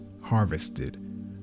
harvested